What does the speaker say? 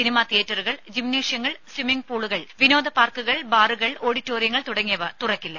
cinema തിയേറ്ററുകൾ ജിംനേഷ്യങ്ങൾ swimming പൂളുകൾ വിനോദ പാർക്കുകൾ ബാറുകൾ ഓഡിറ്റോറിയങ്ങൾ തുടങ്ങിയവ തുറക്കില്ല